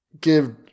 give